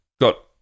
got